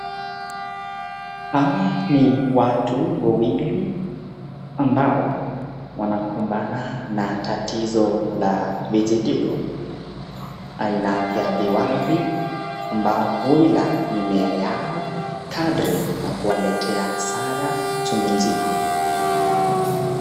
Hawa ni watu wawili ambao wanakumbana na tatizo la vijidudu aina ya viwavi ambao huila mimea yao kadri na kuwaletea hasara chungu nzima.